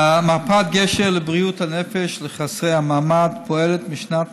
מרפאת גשר לבריאות הנפש לחסרי המעמד פועלת משנת